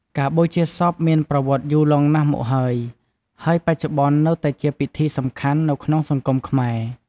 ការបូជាសពមានប្រវត្តិយូរលង់ណាស់មកហើយ ហើយបច្ចុប្បន្ននៅតែជាពិធីសំខាន់នៅក្នុងសង្គមខ្មែរ។